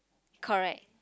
correct